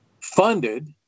funded